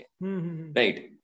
Right